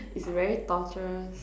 is very torturous